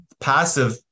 passive